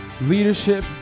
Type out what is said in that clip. leadership